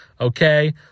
Okay